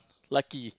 lucky